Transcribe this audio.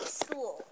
school